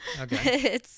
okay